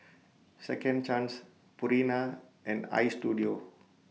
Second Chance Purina and Istudio